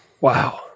Wow